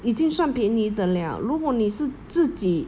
已经算便宜的了如果你是自己